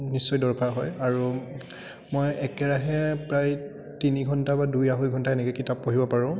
নিশ্চয় দৰকাৰ হয় আৰু মই একেৰাহে প্ৰায় তিনি ঘণ্টা বা দুই আঢ়ৈ ঘণ্টা এনেকে কিতাপ পঢ়িব পাৰোঁ